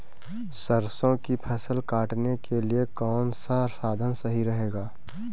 सरसो की फसल काटने के लिए कौन सा साधन सही रहेगा?